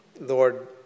Lord